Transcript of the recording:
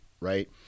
right